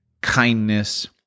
kindness